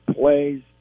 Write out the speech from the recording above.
plays